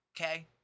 okay